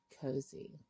cozy